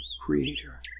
Creator